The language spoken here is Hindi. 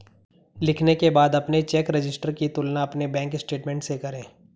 लिखने के बाद अपने चेक रजिस्टर की तुलना अपने बैंक स्टेटमेंट से करें